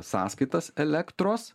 sąskaitas elektros